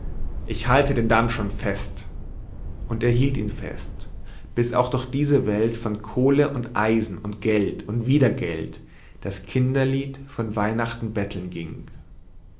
ich halte den damm schon fest und er hielt ihn fest bis auch durch diese welt von kohle und eisen und geld und wieder geld das kinderlied von weihnachten betteln ging